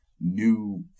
new